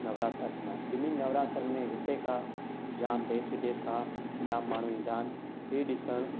नवरात्रा थींदा आहिनि ॿिन्हिनि नवरात्रनि में हिते खां जाम देश विदेश खां जाम माण्हू ईंदा आहिनि इहे ॾिसणु